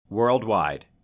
Worldwide